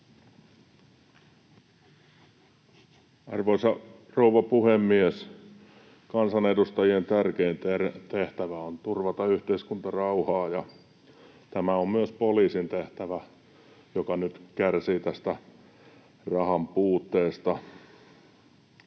Arvoisa rouva puhemies! Kansanedustajien tärkein tehtävä on turvata yhteiskuntarauhaa, ja tämä on myös poliisin tehtävä, joka nyt kärsii tästä rahanpuutteesta.